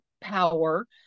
power